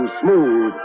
smooth